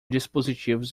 dispositivos